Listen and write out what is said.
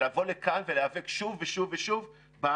ולבוא לכאן ולהיאבק שוב ושוב בנושא.